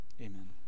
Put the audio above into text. amen